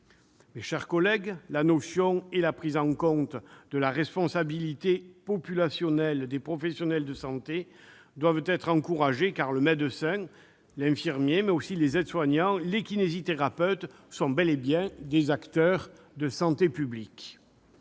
Mes chers collègues, la notion et la prise en compte de la responsabilité populationnelle des professionnels de santé doivent être encouragées, car le médecin, l'infirmier mais aussi les aides-soignants et les kinésithérapeutes sont bel et bien des acteurs de santé publique.